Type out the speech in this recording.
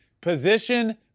position